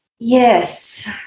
Yes